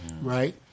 right